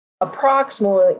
approximately